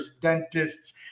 dentists